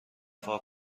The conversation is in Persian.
دفاع